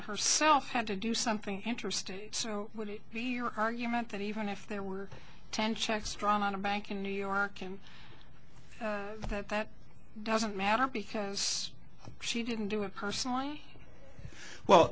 herself had to do something interesting so we're argument that even if there were ten checks drawn on a bank in new york and that that doesn't matter because she didn't do it personally well